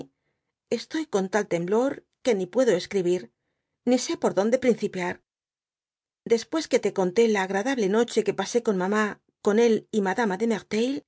estoy con tal temblor que ni puedo escribir ni sé por donde principiar después que te conté ja agradable noche jue pase con mamá con él y madama de